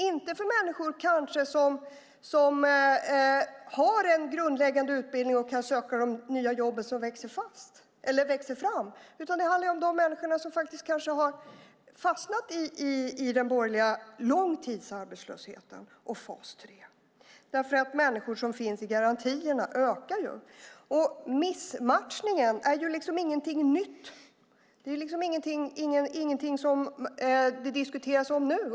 Det gäller kanske inte de människor som har en grundläggande utbildning och kan söka de nya jobb som växer fram, utan det gäller de människor som har fastnat i den borgerliga långtidsarbetslösheten och fas 3. Antalet människor som finns i garantierna ökar. Missmatchningen är ingenting nytt. Det är ingenting som det diskuteras om nu.